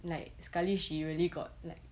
like sekali she really got like